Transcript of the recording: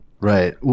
Right